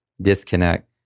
disconnect